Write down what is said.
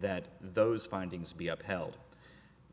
that those findings be upheld